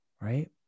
right